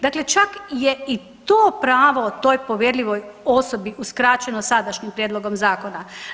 Dakle, čak je i to pravo toj povjerljivoj osobi uskraćeno sadašnjim prijedlogom zakona.